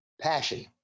Passion